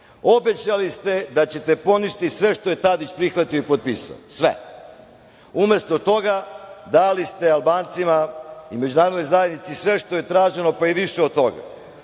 Obećali ste da ćete poništiti sve što je Tadić prihvatio i potpisao, sve, a umesto toga dali ste Albancima i međunarodnoj zajednici sve što je traženo, pa i više od toga.